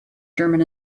german